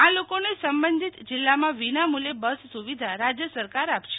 આ લોકોને સંબંધિત જિલ્લામાં વિનામુલ્યે બસ સુવિધા રાજ્ય સરકાર આપશે